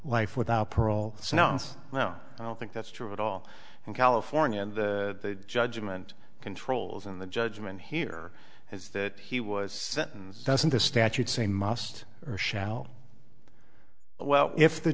life without parole no i don't think that's true at all in california and the judgment controls in the judgment here is that he was sentenced doesn't the statute say must or shall i well if the